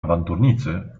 awanturnicy